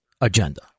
agenda